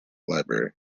library